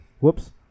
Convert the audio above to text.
Whoops